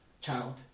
Child